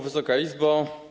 Wysoka Izbo!